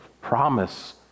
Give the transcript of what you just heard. promise